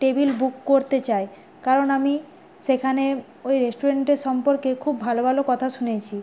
table book করতে চায় কারণ আমি সেখানে ওই রেস্টুরেন্টের সম্পর্কে খুব ভালো ভালো কথা শুনেছি